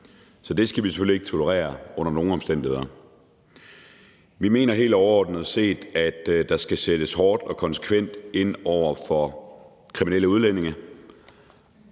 Så det skal vi selvfølgelig ikke tolerere under nogen omstændigheder. Vi mener helt overordnet set, at der skal sættes hårdt og konsekvent ind over for kriminelle udlændinge.